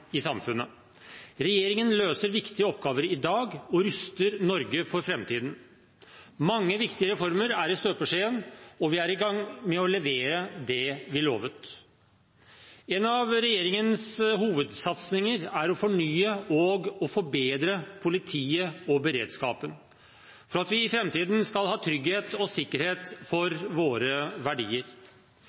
i samfunnet. Regjeringen løser viktige oppgaver i dag og ruster Norge for framtiden. Mange viktige reformer er i støpeskjeen, og vi er i gang med å levere det vi lovet. En av regjeringens hovedsatsinger er å fornye og forbedre politiet og beredskapen, for at vi i framtiden skal ha trygghet og sikkerhet for våre verdier.